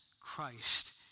Christ